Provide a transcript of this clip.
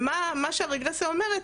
ומה שהרגרסיה אומרת,